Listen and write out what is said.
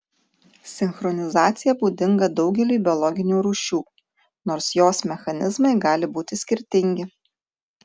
sinchronizacija būdinga daugeliui biologinių rūšių nors jos mechanizmai gali būti skirtingi